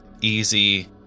easy